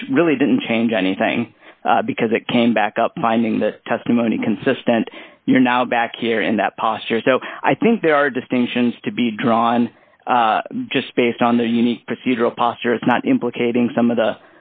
which really didn't change anything because it came back up finding that testimony consistent you're now back in and that posture so i think there are distinctions to be drawn just based on the unique procedural posture is not implicating some of the